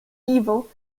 evil